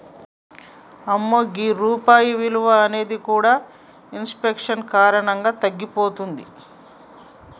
అమ్మో ఈ రూపాయి విలువ అనేది కూడా ఇన్ఫెక్షన్ కారణంగా తగ్గిపోతుంది